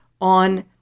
on